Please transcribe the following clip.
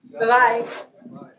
Bye-bye